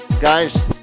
guys